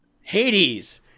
Hades